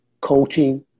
coaching